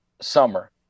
summer